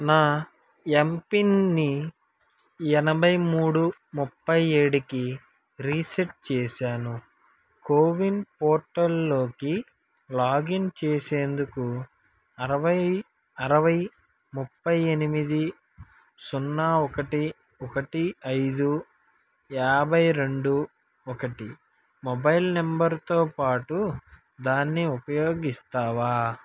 నా ఎంపిన్ని ఎనభై మూడు ముప్పై ఏడుకి రీసెట్ చేశాను కోవిన్ పోర్టల్లోకి లాగిన్ చేసేందుకు అరవై అరవై ముప్పై ఎనిమిది సున్నా ఒకటి ఒకటి ఐదు యాభై రెండు ఒకటి మొబైల్ నెంబర్తో పాటు దాన్ని ఉపయోగిస్తావా